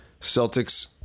Celtics